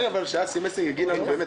אולי אסי מסינג יגיד לנו באמת